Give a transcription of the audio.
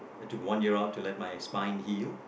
I took one year round to let my spine heal